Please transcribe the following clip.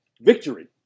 victory